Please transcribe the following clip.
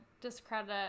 discredit